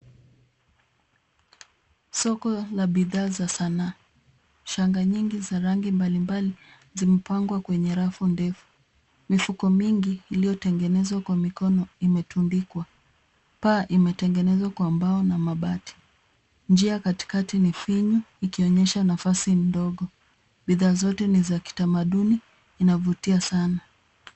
Soko la bidhaa za sanaa. Shanga nyingi za rangi mbalimbali, zimepangwa kwenye rafu ndefu. Mifuko mingi iliyotengenezwa kwa mikono imetundikwa. Paa imetengenezwa kwa mbao na mabati. Njia katikati ni finyu, ikionyesha nafasi ndogo. Bidhaa zote ni za kitamaduni, inavutia sana.